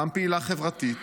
גם פעילה חברתית,